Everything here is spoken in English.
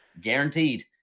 Guaranteed